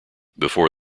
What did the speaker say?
before